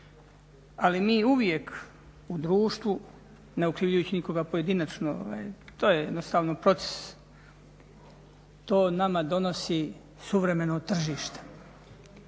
Ali, mi uvijek u društvu, ne uključujući nikoga pojedinačno to je jednostavno proces, to nama donosi suvremeno tržište,